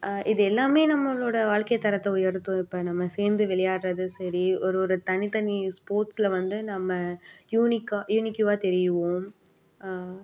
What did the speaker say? இது எல்லாம் நம்மளோடய வாழ்க்கை தரத்தை உயர்த்தும் இப்போ நம்ம சேர்ந்து விளையாடுறது சரி ஒரு ஒரு தனி தனி ஸ்போர்ட்ஸ்ஸில் வந்து நம்ம யூனிக்கா யூனிக்யூவா தெரியவோம்